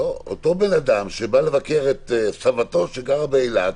אותו בן אדם שבא לבקר את סבתו שגרה באילת,